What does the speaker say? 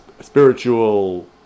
spiritual